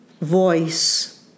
voice